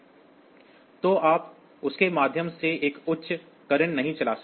तो आप उसके माध्यम से एक उच्च current नहीं चला सकते